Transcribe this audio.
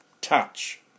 touch